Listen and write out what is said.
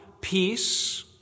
peace